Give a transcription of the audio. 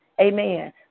amen